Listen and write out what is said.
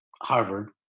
Harvard